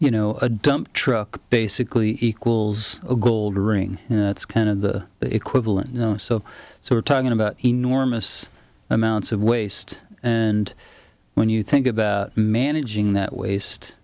you know a dump truck basically equals a gold ring it's kind of the equivalent you know so so we're talking about enormous amounts of waste and when you think about managing that waste